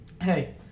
hey